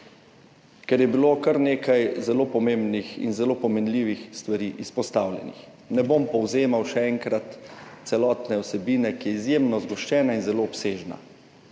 kar nekaj zelo pomembnih in zelo pomenljivih stvari. Ne bom povzemal še enkrat celotne vsebine, ki je izjemno zgoščena in zelo obsežna,